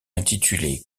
intitulé